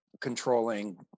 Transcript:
controlling